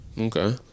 Okay